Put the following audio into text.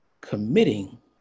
committing